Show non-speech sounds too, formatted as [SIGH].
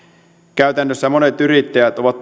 käytännössä monet yrittäjät ovat [UNINTELLIGIBLE]